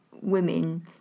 women